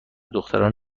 دختران